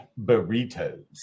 burritos